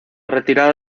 retirada